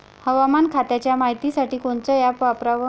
हवामान खात्याच्या मायतीसाठी कोनचं ॲप वापराव?